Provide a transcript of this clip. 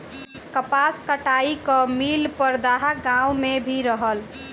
कपास कताई कअ मिल परदहा गाँव में भी रहल